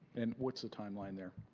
and what's the timeline there?